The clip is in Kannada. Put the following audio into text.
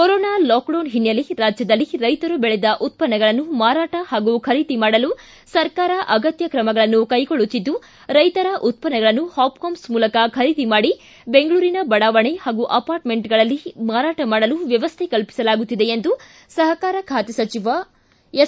ಕೊರೊನಾ ಲಾಕ್ಡೌನ್ ಹಿನ್ನೆಲೆ ರಾಜ್ಯದಲ್ಲಿ ರೈತರು ಬೆಳೆದ ಉತ್ಪನ್ನಗಳನ್ನು ಮಾರಾಟ ಹಾಗೂ ಖರೀದಿ ಮಾಡಲು ಸರ್ಕಾರ ಅಗತ್ಯ ಕ್ರಮಗಳನ್ನು ಕೈಗೊಳ್ಳುತ್ತಿದ್ದು ರೈತರ ಉತ್ಪನ್ನಗಳನ್ನು ಹಾಪ್ಕಾಮ್ಸ್ ಮೂಲಕ ಖರೀದಿ ಮಾಡಿ ಬೆಂಗಳೂರಿನ ಬಡಾವಣೆ ಹಾಗೂ ಅಪಾರ್ಟ್ಮೆಂಟ್ಗಳಲ್ಲಿ ಮಾರಾಟ ಮಾಡಲು ವ್ಯವಸ್ಥೆ ಕಲ್ಲಿಸಲಾಗುತ್ತಿದೆ ಎಂದು ಸಹಕಾರ ಖಾತೆ ಸಚಿವ ಎಸ್